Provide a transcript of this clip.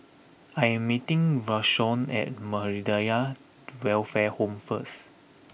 I am meeting Rayshawn at Muhammadiyah Welfare Home first